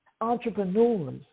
entrepreneurs